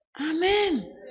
Amen